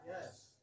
Yes